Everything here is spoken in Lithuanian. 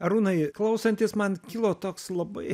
arūnai klausantis man kilo toks labai